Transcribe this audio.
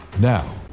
Now